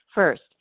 First